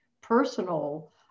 personal